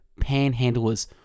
panhandlers